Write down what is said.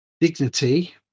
Dignity